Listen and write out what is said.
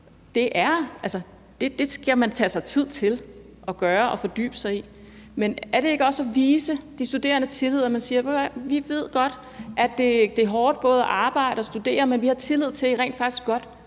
med fagligt. Man skal tage sig tid til at gøre det og fordybe sig. Men er det ikke også at vise de studerende tillid, at man siger: Ved I hvad, vi ved godt, at det er hårdt både at arbejde og studere, men vi har tillid til, at I rent faktisk godt